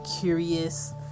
curious